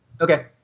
Okay